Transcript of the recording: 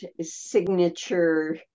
signature